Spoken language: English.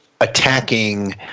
attacking